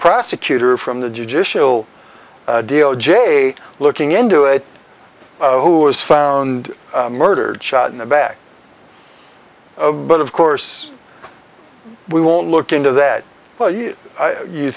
prosecutor from the judicial d o j looking into it who was found murdered shot in the back of but of course we won't look into that for you you